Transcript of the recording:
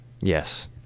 Yes